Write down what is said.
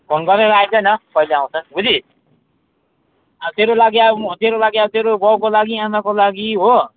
phone गरेर आइज न कहिले आउँछस् बुझिस् अब तेरो लागि अब म तेरो लागि अब तेरो बाउको लागि आमाको लागि हो